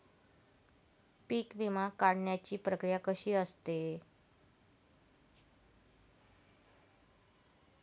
पीक विमा काढण्याची प्रक्रिया कशी असते?